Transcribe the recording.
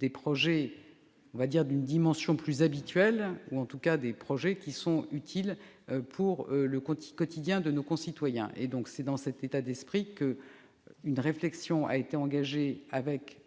des projets d'une dimension plus « habituelle » ou, en tout cas, des projets qui sont utiles pour le quotidien de nos concitoyens. C'est dans cet état d'esprit qu'une réflexion a été engagée avec